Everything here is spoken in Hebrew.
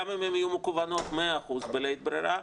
גם אם הן יהיו מקוונות 100% בלית ברירה,